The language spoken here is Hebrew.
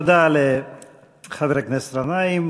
תודה לחבר הכנסת גנאים.